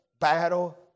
battle